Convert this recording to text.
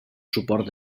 suport